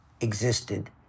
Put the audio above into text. existed